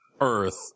Earth